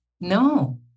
No